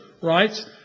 right